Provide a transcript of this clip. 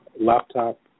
laptop